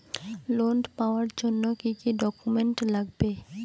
Loan পাওয়ার জন্যে কি কি ডকুমেন্ট লাগবে?